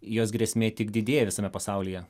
jos grėsmė tik didėja visame pasaulyje